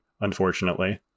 unfortunately